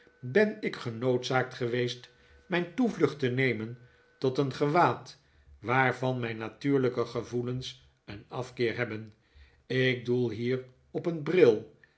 ben ik genoodzaakt geweest mijn toevlucht te nemen tot een gewaad waarvan mijn natuurlijke gevoelens een afkeer hebben ik doel hier op een bril